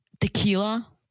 tequila